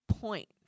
point